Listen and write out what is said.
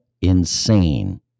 insane